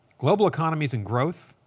global economies and growth